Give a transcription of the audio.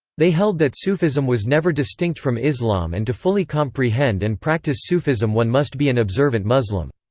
they held that sufism was never distinct from islam and to fully comprehend and practice sufism one must be an observant muslim.